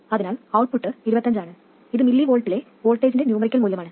അതിനാൽ ഔട്ട്പുട്ട് 25 ആണ് ഇത് mVയിലെ വോൾട്ടേജിന്റെ ന്യൂമറിക്കൽ മൂല്യമാണ്